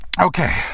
Okay